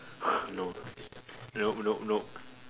no nope nope nope